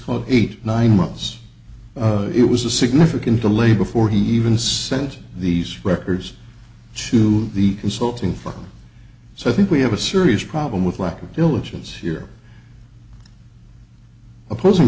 it eight or nine months it was a significant delay before he even sent these records to the consulting firm so i think we have a serious problem with lack of diligence here opposing